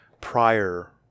prior